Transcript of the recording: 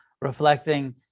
reflecting